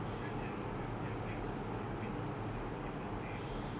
so their their banks will be like burning off like way faster than usual